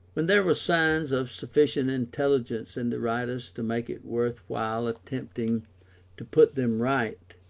when there were signs of sufficient intelligence in the writers to make it worth while attempting to put them right,